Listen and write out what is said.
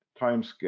timescale